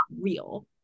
real